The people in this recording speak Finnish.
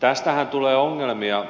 tästähän tulee ongelmia